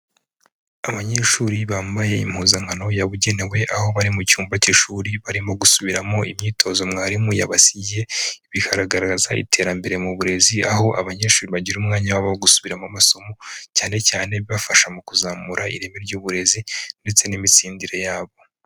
Abanyeshuri bambaye impuzankano yabugenewe aho bari mu cyumba cy'ishuri barimo gusubiramo imyitozo mwarimu yabasigiye, bigaragaza iterambere mu burezi aho abanyeshuri bagira umwanya wabo wo gusubira mu amasomo cyane cyane bibafasha mu kuzamura ireme ry'uburezi ndetse n'imitsindire yabo.